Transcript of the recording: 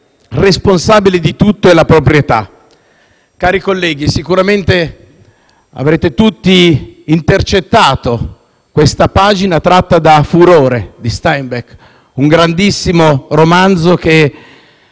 responsabile di tutto è la proprietà.». Cari colleghi, sicuramente avrete tutti intercettato questa pagina tratta da «Furore» di Steinbeck, un grandissimo romanzo che